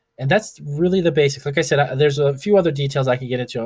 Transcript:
and that's really the basic, like i said, there's a few other details i could get into.